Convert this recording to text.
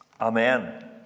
Amen